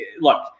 Look